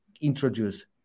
introduce